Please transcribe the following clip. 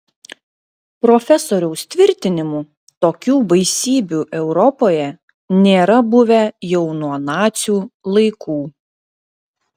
profesoriaus tvirtinimu tokių baisybių europoje nėra buvę jau nuo nacių laikų